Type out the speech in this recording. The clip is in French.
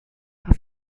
par